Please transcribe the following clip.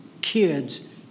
kids